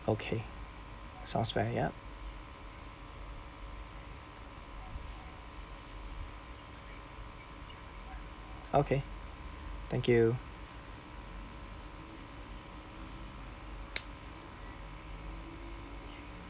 okay sounds fair yup okay thank you